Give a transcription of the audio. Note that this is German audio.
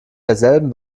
derselben